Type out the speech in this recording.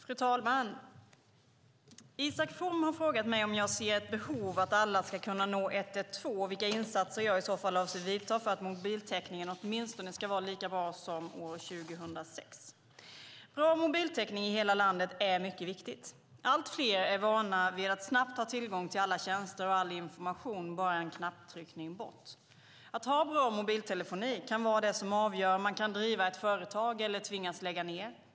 Fru talman! Isak From har frågat mig om jag ser ett behov av att alla ska kunna nå 112 och vilka insatser jag i så fall avser att vidta för att mobiltäckningen åtminstone ska vara lika bra som år 2006. Bra mobiltäckning i hela landet är mycket viktigt. Allt fler är vana vid att snabbt ha tillgång till alla tjänster och all information bara en knapptryckning bort. Att ha bra mobiltelefoni kan vara det som avgör om man kan driva ett företag eller tvingas lägga ned.